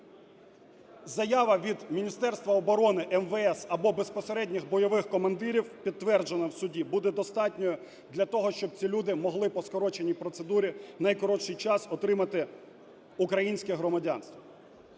Заява від Міністерства оброни, МВС або безпосередніх бойових командирів, підтверджена в суді, буде достатньою для того, щоб ці люди могли по скороченій процедурі в найкоротший час отримати українське громадянство.